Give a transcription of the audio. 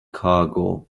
cargo